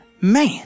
Man